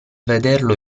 vederlo